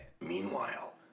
Meanwhile